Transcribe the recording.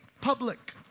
public